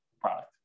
product